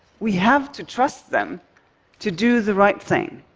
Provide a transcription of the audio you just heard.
we have to trust them to do the right thing.